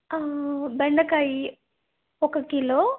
బెండకాయి ఒక కిలో